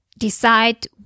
Decide